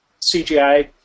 CGI